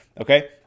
okay